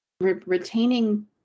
Retaining